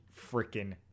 freaking